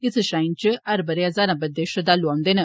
इस श्राइण च हर बरे ज्हारां बद्दे श्रद्वालु औंदे न